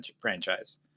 franchise